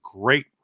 great